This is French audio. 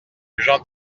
jean